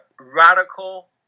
radical